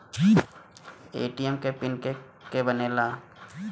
ATM के pin के के बनेला?